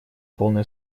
полной